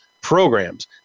programs